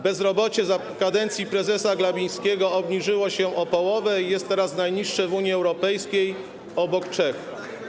Bezrobocie za kadencji prezesa Glapińskiego obniżyło się o połowę i jest teraz najniższe w Unii Europejskiej obok Czech.